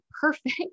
perfect